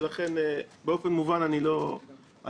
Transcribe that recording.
ולכן באופן מובן לא ארחיב.